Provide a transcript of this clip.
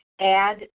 add